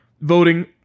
voting